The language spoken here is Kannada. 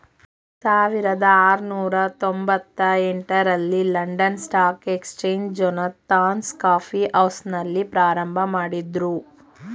ಸಾವಿರದ ಆರುನೂರು ತೊಂಬತ್ತ ಎಂಟ ರಲ್ಲಿ London stock exchange Jonathan's coffee ಹೌಸ್ನಲ್ಲಿ ಪ್ರಾರಂಭಮಾಡಿದ್ರು